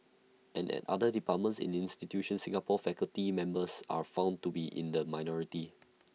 and at other departments and institutions Singaporean faculty members are found to be in the minority